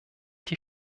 die